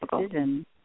decision